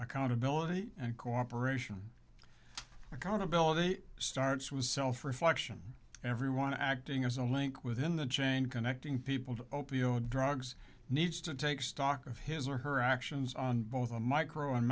accountability and cooperation accountability starts with self reflection everyone acting as a link within the chain connecting people to o p o drugs needs to take stock of his or her actions on both a micro